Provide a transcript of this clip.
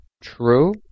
true